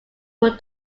were